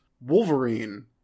Wolverine